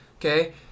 Okay